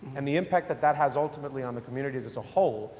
and the impact that that has ultimately on the community as as a whole,